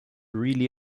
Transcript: really